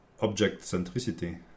object-centricity